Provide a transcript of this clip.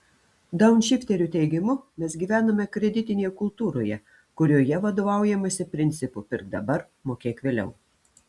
daunšifterių teigimu mes gyvename kreditinėje kultūroje kurioje vadovaujamasi principu pirk dabar mokėk vėliau